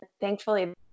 thankfully